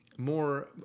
More